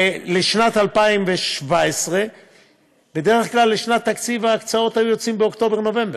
לשנת 2017. בדרך כלל לשנת תקציב ההקצאות היו יוצאות באוקטובר-נובמבר,